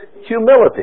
humility